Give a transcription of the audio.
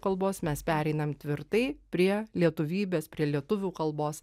kalbos mes pereinam tvirtai prie lietuvybės prie lietuvių kalbos